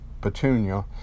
Petunia